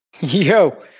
Yo